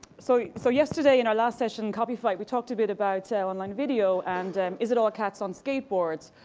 so so yesterday in our last session, copy flight, we talked a bit about so online video. and is it all cats on skateboards?